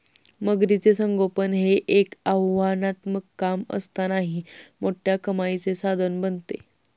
मगरीचे संगोपन हे एक आव्हानात्मक काम असतानाही मोठ्या कमाईचे साधन बनते